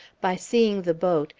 by seeing the boat,